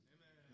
Amen